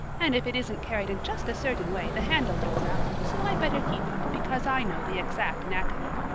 and if it isn't carried in just a certain way the handle pulls out so i'd better keep it because i know the exact knack of it.